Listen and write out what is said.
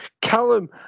Callum